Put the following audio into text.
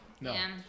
No